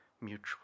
mutual